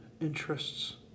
interests